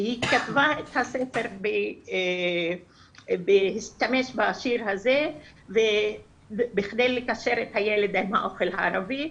היא כתבה את הספר בהסתמך על השיר הזה בכדי לקשר את הילד עם האוכל הערבי.